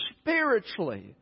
spiritually